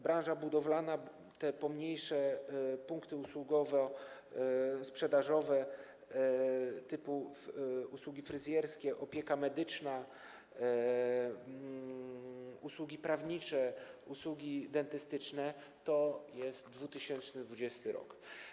Branża budowlana, pomniejsze punkty usługowo-sprzedażowe typu usługi fryzjerskie, opieka medyczna, usługi prawnicze, usługi dentystyczne - 2020 r.